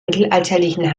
mittelalterlichen